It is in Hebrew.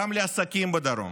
גם לעסקים בדרום.